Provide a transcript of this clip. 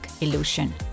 illusion